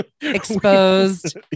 Exposed